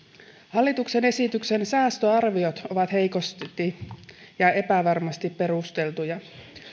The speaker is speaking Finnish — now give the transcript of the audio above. hallituksen esityksen säästöarviot ovat heikosti ja epävarmasti perusteltuja